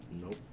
Nope